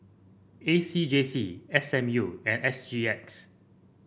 A C J C S M U and S G X